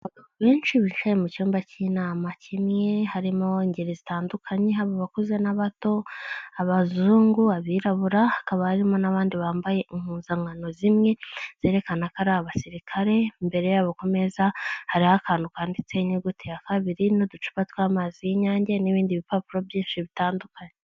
Benshi bicaye mu cyumba cy'inama kimwe harimo ingeri zitandukanye haba abakuze n'abato, abazungu, abirabura, hakaba harimo n'abandi bambaye impuzankano zimwe zerekana ko ari abasirikare, imbere yabo ku meza hariho akantu kanditseho inyuguti ya kabiri n'uducupa tw'amazi y'Inyange n'ibindi bipapuro byinshi bitandukanye.